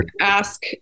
ask